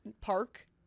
park